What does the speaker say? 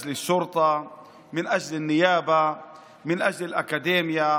בשביל המשטרה, בשביל הפרקליטות,